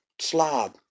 slob